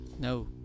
No